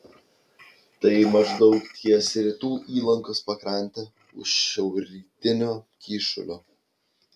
tai maždaug ties rytų įlankos pakrante už šiaurrytinio kyšulio